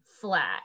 flat